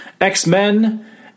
X-Men